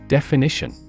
Definition